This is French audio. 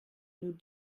nous